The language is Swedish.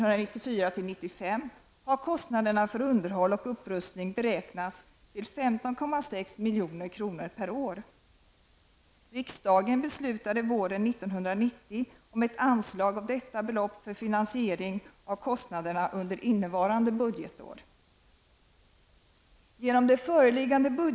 Riksdagen beslutade våren 1990 om ett anslag av detta belopp för finansiering av kostnaderna under innevarande budgetår.